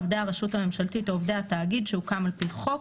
עובדי הרשות הממשלתית או עובדי התאגיד שהוקם על פי חוק,